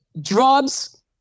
drugs